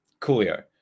Coolio